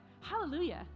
Hallelujah